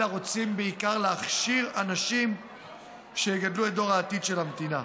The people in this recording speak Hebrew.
אלא רוצים בעיקר להכשיר אנשים שיגדלו את דור העתיד של המדינה.